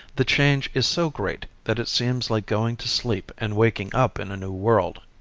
the change is so great that it seems like going to sleep and waking up in a new world.